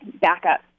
backup